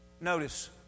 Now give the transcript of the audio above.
Notice